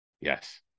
Yes